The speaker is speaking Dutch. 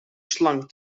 slang